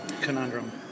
conundrum